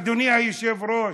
אדוני היושב-ראש,